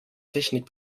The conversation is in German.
technik